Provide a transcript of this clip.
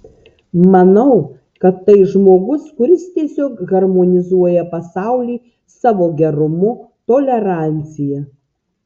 manau kad tai žmogus kuris tiesiog harmonizuoja pasaulį savo gerumu tolerancija